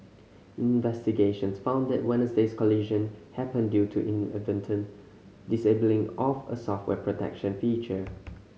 investigations found that Wednesday's collision happened due to inadvertent disabling of a software protection feature